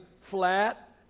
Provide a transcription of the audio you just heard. flat